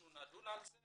אנחנו נדון על זה